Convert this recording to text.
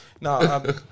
No